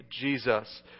Jesus